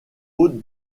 haute